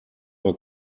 mal